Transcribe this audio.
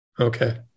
Okay